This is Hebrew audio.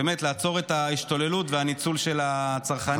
באמת לעצור את ההשתוללות והניצול של הצרכנים.